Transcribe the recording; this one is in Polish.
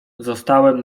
zostałem